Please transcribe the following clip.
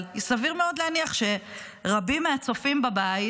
אבל סביר מאוד להניח שרבים מהצופים בבית,